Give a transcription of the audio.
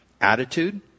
Attitude